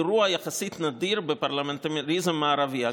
אירוע יחסית נדיר בפרלמנטריזם המערבי.